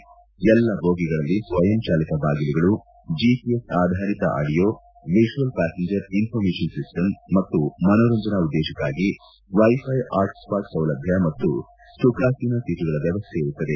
ಈ ಎಲ್ಲ ಬೋಗಿಗಳಲ್ಲಿ ಸ್ವಯಂ ಚಾಲಿತ ಬಾಗಿಲುಗಳು ಜಿಪಿಎಸ್ ಆಧಾರಿತ audio visual passenger information system ಮತ್ತು ಮನೋರಂಜನಾ ಉದ್ದೇಶಕ್ಕಾಗಿ ವೈಫೈ ಹಾಟ್ಸ್ಟಾಟ್ ಸೌಲಭ್ಯ ಮತ್ತು ಸುಖಾಸೀನ ಸೀಟುಗಳ ವ್ಯವಸ್ಥೆ ಇರುತ್ತದೆ